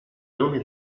nome